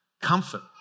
Comfort